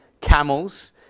camels